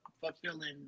fulfilling